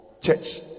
church